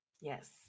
Yes